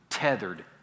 Tethered